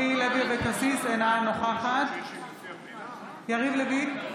אבקסיס, אינה נוכחת יריב לוין,